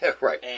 Right